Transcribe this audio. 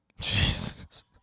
Jesus